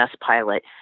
pilot